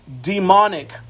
demonic